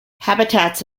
habitats